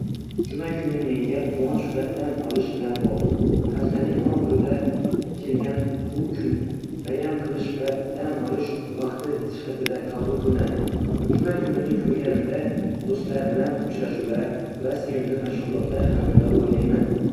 Juma kuni menga quvonch va dam olish bilan bog'liq. Haftaning oxirida kelgan bu kun bayram qilish va dam olish vaqti sifatida qabul qilinadi. Juma kuni ko'rganimda, do'stlar bilan uchrashuvlar va sevimli mashg'ulotlar haqida o'ylayman.